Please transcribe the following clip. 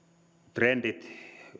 trendit